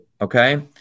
okay